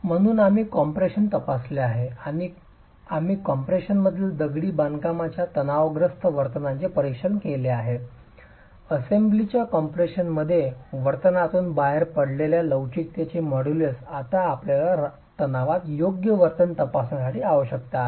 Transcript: म्हणून आम्ही कम्प्रेशन तपासले आहे आम्ही कॉम्प्रेशनमधील दगडी बांधकामाच्या तणावग्रस्त वर्तनाचे परीक्षण केले आहे असेंब्लीच्या कॉम्प्रेशनमध्ये वर्तनातून बाहेर पडलेल्या लवचिकतेचे मॉड्यूलस आता आपल्याला तणावात योग्य वर्तन तपासण्याची आवश्यकता आहे